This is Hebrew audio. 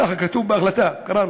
כך כתוב בהחלטה, קראנו.